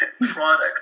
product